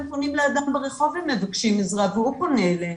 הם פונים לאדם ברחוב ומבקשים עזרה והוא פונה אלינו.